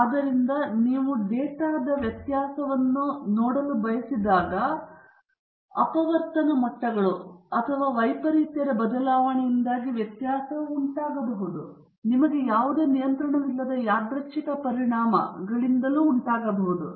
ಆದ್ದರಿಂದ ನೀವು ಡೇಟಾದ ವ್ಯತ್ಯಾಸವನ್ನು ನೋಡಲು ಬಯಸಿದಾಗ ಅಪವರ್ತನ ಮಟ್ಟಗಳು ಅಥವಾ ವೈಪರೀತ್ಯದ ಬದಲಾವಣೆಯಿಂದಾಗಿ ವ್ಯತ್ಯಾಸವು ಉಂಟಾಗಬಹುದು ಅದು ನಿಮಗೆ ಯಾವುದೇ ನಿಯಂತ್ರಣವಿಲ್ಲದ ಯಾದೃಚ್ಛಿಕ ಪರಿಣಾಮಗಳಿಂದ ಉಂಟಾಗುತ್ತದೆ